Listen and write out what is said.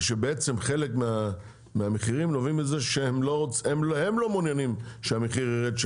ושבעצם חלק מהמחירים נובעים מזה שהם לא מעוניינים שהמחיר ירד,